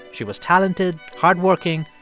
she was talented, hardworking,